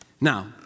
Now